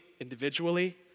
individually